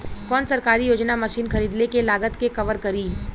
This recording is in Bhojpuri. कौन सरकारी योजना मशीन खरीदले के लागत के कवर करीं?